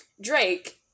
Drake